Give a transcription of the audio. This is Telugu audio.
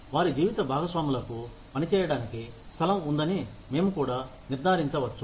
వారి జీవిత భాగస్వాములకు పనిచేయడానికి స్థలం ఉందని మేము కూడా నిర్ధారించవచ్చు